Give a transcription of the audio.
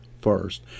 first